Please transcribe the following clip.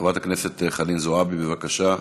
חברת הכנסת חנין זועבי, בבקשה.